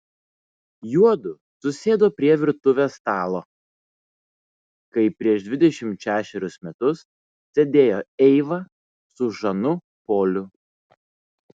juodu susėdo prie virtuvės stalo kaip prieš dvidešimt šešerius metus sėdėjo eiva su žanu poliu